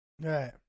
right